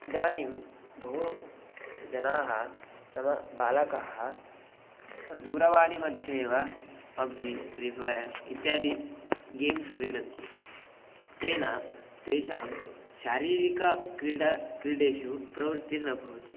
इदानीं बहु जनाः नाम बालकाः दूरवाणीमध्ये एव पब्जि फ़्री फ़यर् इत्यादि गेम्स् क्रीडन्ति तेन तेषां शारीरिकक्रीडा क्रीडासु प्रवृत्तिः न भवति